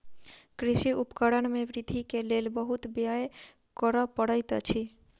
कृषि उपकरण में वृद्धि के लेल बहुत व्यय करअ पड़ैत अछि